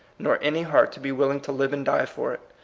nor any heart to be willing to live and die for it.